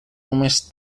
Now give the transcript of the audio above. només